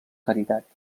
caritat